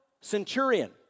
centurion